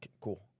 cool